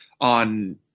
on